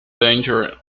danger